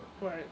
Right